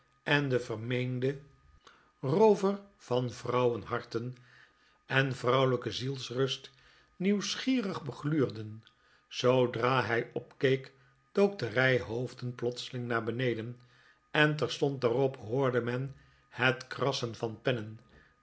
en den vermeenden roover van vrouwenharten en vrouwelijke zielsrust nieuwsgierig begluurden zdodra hij opkeek dook de rij hoofden plotseling naar beneden en terstond daarop hoorde men het krassen van pennen